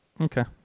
Okay